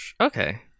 Okay